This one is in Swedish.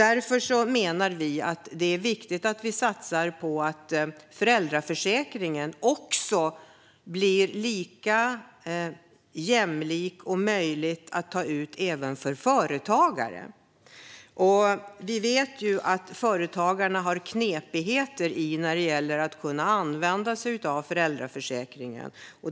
Därför menar vi att det är viktigt att vi satsar på att föräldraförsäkringen blir lika jämlik och ger samma möjligheter att använda för företagare. Vi vet att det är knepigt för företagare när det gäller att kunna använda sig av föräldraförsäkringen.